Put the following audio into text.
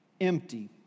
empty